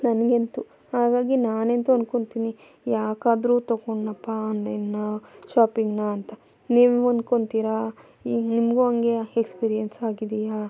ನನಗಂತೂ ಹಾಗಾಗಿ ನಾನಂತೂ ಅಂದ್ಕೊಳ್ತೀನಿ ಏಕಾದ್ರೂ ತಗೊಂಡ್ನಪ್ಪ ಆನ್ಲೈನ್ನ ಶಾಪಿಂಗ್ನ ಅಂತ ನೀವೂ ಅಂದ್ಕೊಳ್ತೀರಾ ಈಗ ನಿಮಗೂ ಹಂಗೆಯ ಎಕ್ಸ್ಪೀರಿಯೆನ್ಸ್ ಆಗಿದೆಯಾ